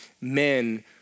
men